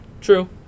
True